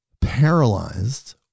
paralyzed